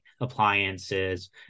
appliances